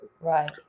right